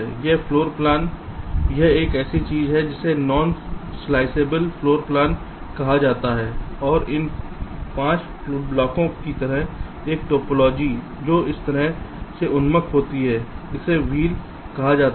यह floor plan यह एक ऐसी चीज़ है जिसे नॉन स्लाइसिबल फ़्लोर प्लान कहा जाता है और इन 5 ब्लॉकों की तरह एक टोपोलॉजी जो इस तरह से उन्मुख होती है इसे व्हील कहा जाता है